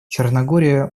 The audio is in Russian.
черногория